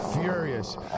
furious